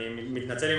מתנצל.